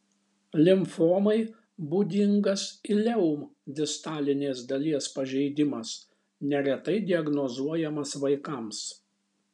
limfomai būdingas ileum distalinės dalies pažeidimas neretai diagnozuojamas vaikams